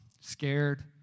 scared